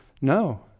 No